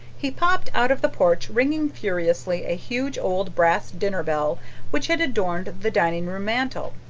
he popped out of the porch ringing furiously a huge old brass dinner bell which had adorned the dining room mantel.